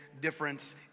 difference